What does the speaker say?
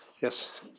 Yes